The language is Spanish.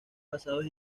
basados